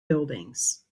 buildings